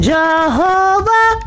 Jehovah